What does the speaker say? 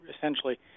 essentially